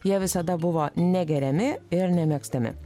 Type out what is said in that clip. jie visada buvo negeriami ir nemėgstami